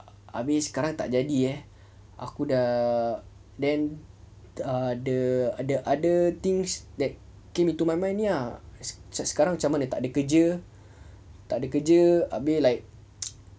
habis sekarang tak jadi eh aku dah then err the the other things that came into my mind ni ah sekarang macam mana takde kerja takde kerja abeh like